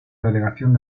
delegación